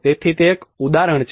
તેથી તે એક ઉદાહરણ છે